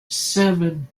seven